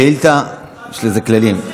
שאילתה, יש לזה כללים.